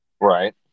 right